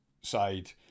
side